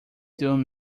doom